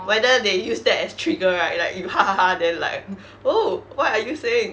whether they use that as trigger right like you then like hmm oh what are you saying